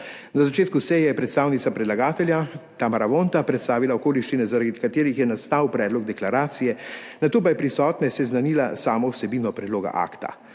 Na začetku seje je predstavnica predlagatelja Tamara Vonta predstavila okoliščine, zaradi katerih je nastal predlog deklaracije, nato pa je prisotne seznanila s samo vsebino predloga akta.